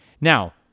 Now